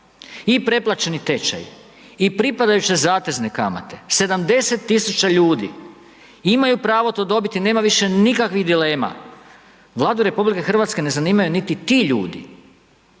i pretplaćeni tečaj, i pripadajuće zatezne kamate, 70 tisuća ljudi imaju pravo to dobiti, nema više nikakvih dilema, Vladu Republike Hrvatske ne zanimaju niti ti ljudi.